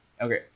Okay